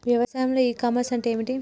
వ్యవసాయంలో e commerce అంటే ఏమిటి?